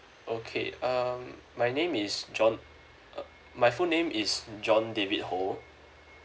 okay um my name is john uh my full name is john david ho